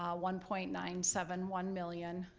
ah one point nine seven one million.